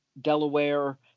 Delaware